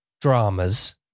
dramas